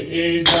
a